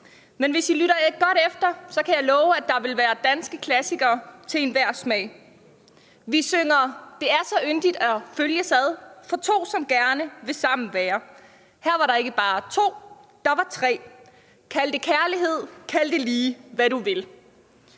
Men hvis I lytter godt efter, kan jeg love, at der vil være danske klassikere for enhver smag. Vi synger: Det er så yndigt at følges ad for to, som gerne sammen vil være. Her var der ikke bare to, der var tre. Kald det kærlighed, kald det lige, hvad du vil.